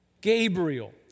Gabriel